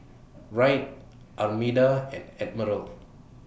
Wright Armida and Admiral